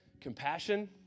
compassion